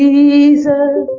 Jesus